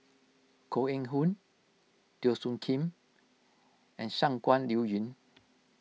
Koh Eng Hoon Teo Soon Kim and Shangguan Liuyun